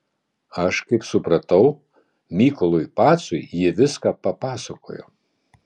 aš kaip supratau mykolui pacui ji viską papasakojo